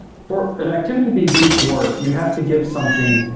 for an activity to be deep work you have to give something,